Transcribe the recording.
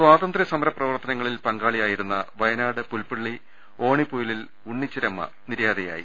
സ്വാതന്ത്യു സമര പ്രവർത്തനങ്ങളിൽ പങ്കാളിയായിരുന്ന വയ നാട് പൂൽപ്പള്ളി ഓണിപ്പൊയിലിൽ ഉണിച്ചിരമ്മ നിര്യാതയായി